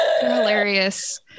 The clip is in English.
Hilarious